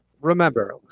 remember